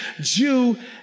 Jew